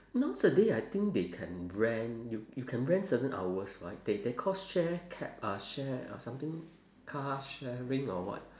nowadays I think they can rent you you can rent certain hours right they they call share cab uh share uh something car sharing or what